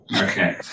Okay